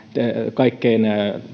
kaikkein